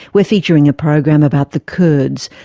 we're featuring a program about the kurds.